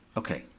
okay.